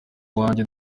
wanjye